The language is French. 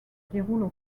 déroule